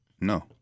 no